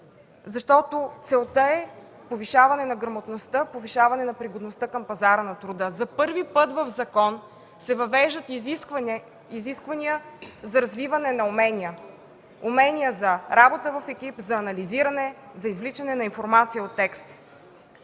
защото целта е повишаване на грамотността, на пригодността към пазара на труда. За първи път в закон се въвеждат изисквания за развиване на умения – за работа в екип, за анализиране, за извличане на информация от текст.